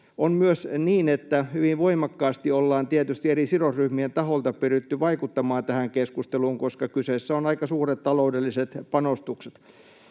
On myös niin, että hyvin voimakkaasti ollaan tietysti eri sidosryhmien taholta pyritty vaikuttamaan tähän keskusteluun, koska kyseessä ovat aika suuret taloudelliset panostukset.